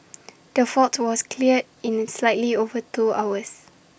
the fault was cleared in slightly over two hours